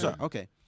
Okay